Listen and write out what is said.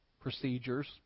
procedures